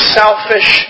selfish